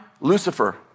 Lucifer